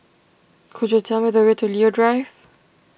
could you tell me the way to Leo Drive